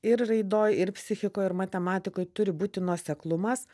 ir raidoj ir psichikoj ir matematikoj turi būti nuoseklumas